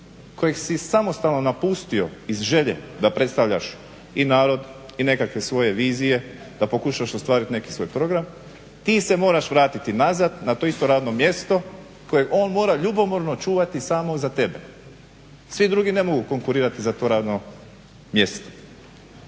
kojeg si samostalno napustio iz želje da predstavljaš i narod i nekakve svoje vizije, da pokušavaš ostvarit neki svoj program ti se moraš vratiti nazad, na to isto radno mjesto kojeg on mora ljubomorno čuvati samo za tebe, svi drugi ne mogu konkurirati za to radno mjesto.